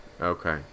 Okay